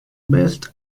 best